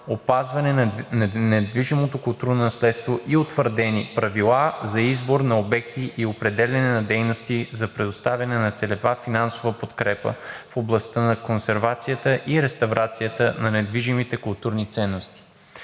„Опазване на недвижимото културно наследство“ и утвърдени правила за избор на обекти и определяне на дейности за предоставяне на целева финансова подкрепа в областта на консервацията и реставрацията на недвижимите културни ценности.